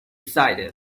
excited